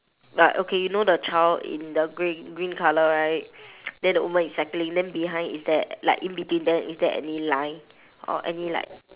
but okay you know the child in the green green colour right then the woman is cycling then behind is there like in between them is there any line or any like